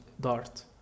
Dart